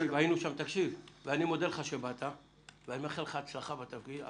אני מודה לך שבאת ואני מאחל לך הצלחה בתפקיד.